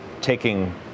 taking